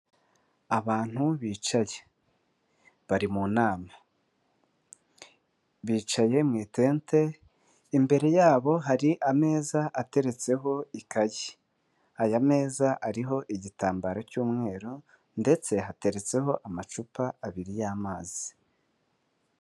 Abantu bicaye bari mu nama, bicaye mu itente imbere yabo hari ameza ateretseho ikayi, aya meza ariho igitambaro cy'umweru ndetse hateretseho amacupa abiri y'amazi.